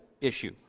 issue